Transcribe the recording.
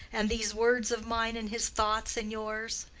and these words of mine in his thoughts and yours?